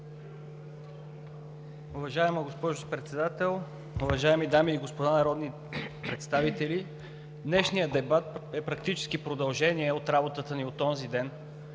Уважаема госпожо Председател, уважаеми дами и господа народни представители! Днешният дебат е практически продължение от работата ни от онзи ден.